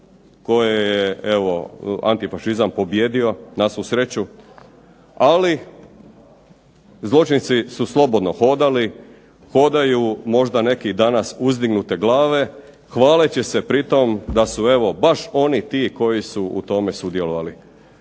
koje je evo antifašizam pobijedio na svu sreću. Ali zločinci su slobodno hodali, hodaju možda neki danas uzdignute glave hvaleći se pritom da su evo baš oni ti koji su u tome sudjelovali.